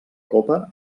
copa